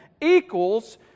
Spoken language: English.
equals